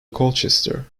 colchester